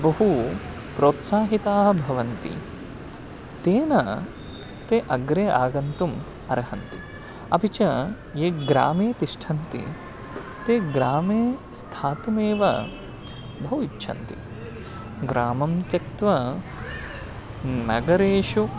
बहु प्रोत्साहिताः भवन्ति तेन ते अग्रे आगन्तुम् अर्हन्ति अपि च ये ग्रामे तिष्ठन्ति ते ग्रामे स्थातुमेव बहु इच्छन्ति ग्रामं त्यक्त्वा नगरेषु